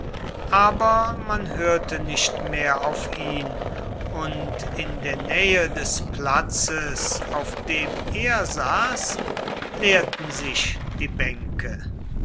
aber man hörte nicht mehr auf ihn und in der nähe des platzes auf dem er saß leerten sich die bänke